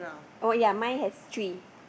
oh ya mine has three